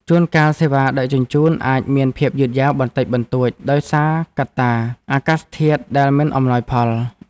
ជួនកាលសេវាដឹកជញ្ជូនអាចមានភាពយឺតយ៉ាវបន្តិចបន្តួចដោយសារកត្តាអាកាសធាតុដែលមិនអំណោយផល។